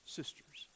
sisters